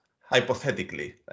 hypothetically